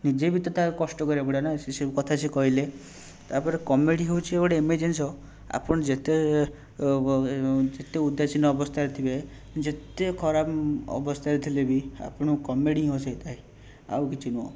ନିଜେ ବି ତ ତାହା କଷ୍ଟ କରିବାକୁ ପଡ଼ିବ ନା ସେସବୁ କଥା ସିଏ କହିଲେ ତା'ପରେ କମେଡ଼ି ହେଉଛି ଗୋଟେ ଏମିତି ଜିନିଷ ଆପଣ ଯେତେ ଯେତେ ଉଦାସିନ ଅବସ୍ଥାରେ ଥିବେ ଯେତେ ଖରାପ ଅବସ୍ଥାରେ ଥିଲେ ବି ଆପଣଙ୍କୁ କମେଡ଼ି ହିଁ ହସେଇ ଥାଏ ଆଉ କିଛି ନୁହଁ